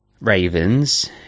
ravens